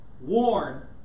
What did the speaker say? warn